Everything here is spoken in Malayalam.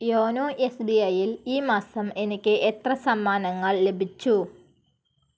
യോനോ എസ് ബി ഐ ൽ ഈ മാസം എനിക്ക് എത്ര സമ്മാനങ്ങൾ ലഭിച്ചു